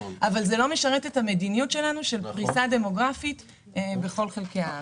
אבל זה לא משרת את המדיניות שלנו של פריסה דמוגרפית בכל חלקי הארץ.